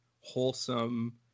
wholesome